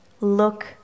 Look